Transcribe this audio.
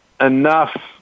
enough